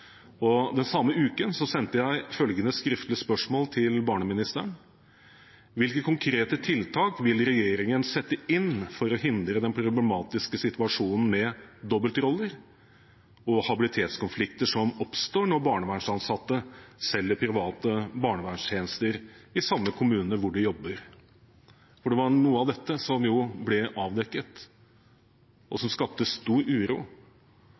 Og den samme uken sendte jeg følgende skriftlige spørsmål til barneministeren: «Hvilke konkrete tiltak vil regjeringen sette inn for å hindre den problematiske situasjonen med dobbeltroller og habilitetskonflikter som oppstår når barnevernsansatte selger private barnevernstjenester i samme kommune hvor de jobber?» Det var noe av dette som ble avdekket, som skapte stor uro,